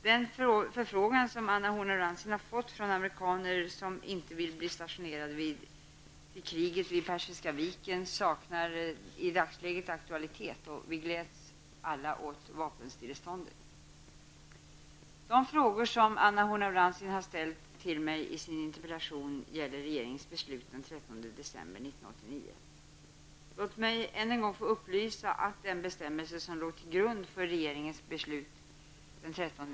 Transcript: Den förfrågan som Anna Horn af Rantzien har fått om amerikaner som inte vill bli stationerade till kriget vid Persiska viken saknar i dagsläget aktualitet, och vi gläds alla åt vapenstilleståndet. De frågor som Anna Horn af Rantzien har ställt till mig i sin interpellation gäller regeringens beslut den Låt mig än en gång få upplysa, att den bestämmelse som låg till grund för regeringens beslut den 13 .